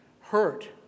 hurt